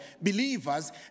believers